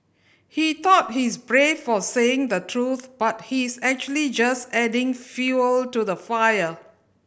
he thought he's brave for saying the truth but he's actually just adding fuel to the fire